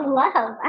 love